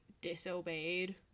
disobeyed